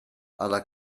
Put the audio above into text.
alla